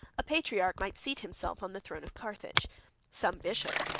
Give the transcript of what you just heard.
a patriarch might seat himself on the throne of carthage some bishops,